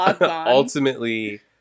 ultimately